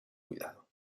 cuidado